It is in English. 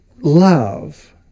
love